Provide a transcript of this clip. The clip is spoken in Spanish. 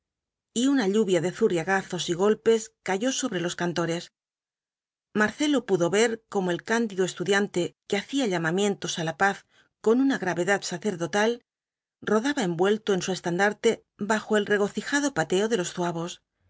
y una lluvia de zurriagazos y golpes cayó sobre los cantores marcelo pudo ver cómo el candido estudiante que hacía llamamientos á la paz con una gravedad sacerdotal rodaba envuelto en su estandarte bajo el regocijado pateo de los zuavos